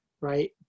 right